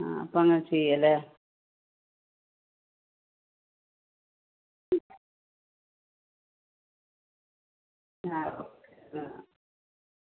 ആ അപ്പങ്ങനെ ചെയ്യാമല്ലേ ഞായർ ശരി എന്നാൽ